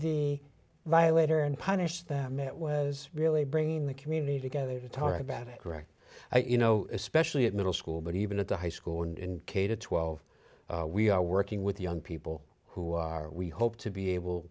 the violator and punish them it was really bringing the community together to talk about it correct you know especially at middle school but even at the high school in k to twelve we are working with young people who are we hope to be able